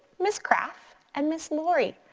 miss kraff, and miss lori,